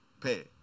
pay